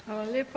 Hvala lijepa.